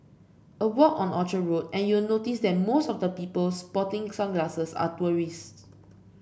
a walk on Orchard Road and you'll notice that most of the people sporting sunglasses are tourists